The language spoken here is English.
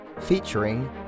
featuring